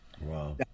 Wow